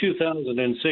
2006